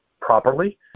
properly